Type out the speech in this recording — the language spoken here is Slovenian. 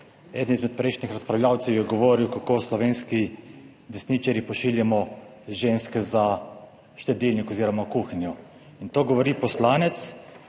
Eden izmed prejšnjih razpravljavcev je govoril, kako slovenski desničarji pošiljamo ženske za štedilnik oziroma kuhinjo. In to govori poslanec,